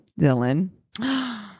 Dylan